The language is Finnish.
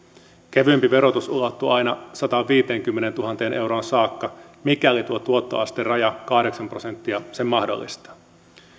kevyempi verotus ulottuu aina sataanviiteenkymmeneentuhanteen euroon saakka mikäli tuo tuottoasteraja kahdeksan prosenttia sen mahdollistaa